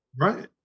right